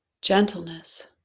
gentleness